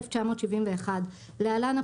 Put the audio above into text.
1971 (להלן,